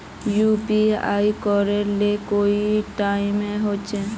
UPI करे ले कोई टाइम होचे?